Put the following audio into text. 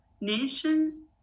nations